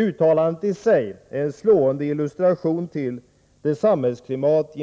Uttalandet i sig är en slående illustration till det samhällsklimat